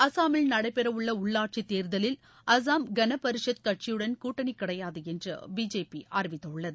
அசாமில் நடைபெறவுள்ள உள்ளாட்சி தேர்தலில் அசாம் கனபரிஷத் கட்சியுடன் கூட்டணி கிடையாது என்று பிஜேபி அறிவித்துள்ளது